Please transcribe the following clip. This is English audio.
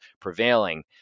prevailing